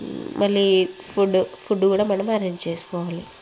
మళ్ళీ food food కూడా మనం అరేంజ్ చేసుకోవాలి